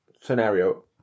scenario